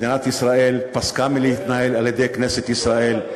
מדינת ישראל פסקה מלהתנהל על-ידי כנסת ישראל.